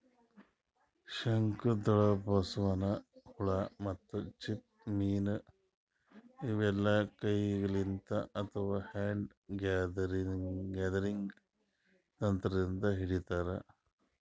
ಶಂಕದ್ಹುಳ, ಬಸವನ್ ಹುಳ ಮತ್ತ್ ಚಿಪ್ಪ ಮೀನ್ ಇವೆಲ್ಲಾ ಕೈಲಿಂತ್ ಅಥವಾ ಹ್ಯಾಂಡ್ ಗ್ಯಾದರಿಂಗ್ ತಂತ್ರದಿಂದ್ ಹಿಡಿತಾರ್